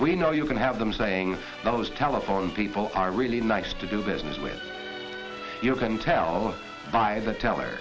we know you can have them saying those telephone people are really nice to do business with you can tell by the teller